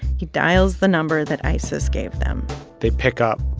he dials the number that isis gave them they pick up,